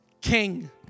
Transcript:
king